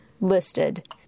listed